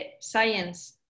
science